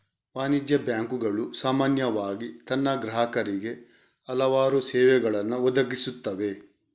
ವಾಣಿಜ್ಯ ಬ್ಯಾಂಕುಗಳು ಸಾಮಾನ್ಯವಾಗಿ ತನ್ನ ಗ್ರಾಹಕರಿಗೆ ಹಲವಾರು ಸೇವೆಗಳನ್ನು ಒದಗಿಸುತ್ತವೆ